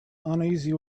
uneasy